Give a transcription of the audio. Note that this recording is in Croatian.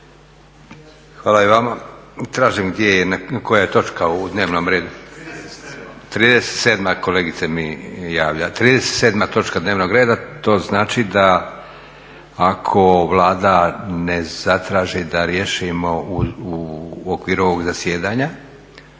Hvala i vama. Tražim koja je točka u dnevnom redu. … /Upadica se ne razumije./ … 37 točka dnevnog reda, to znači da ako Vlada ne zatraži da riješimo u okviru ovog zasjedanja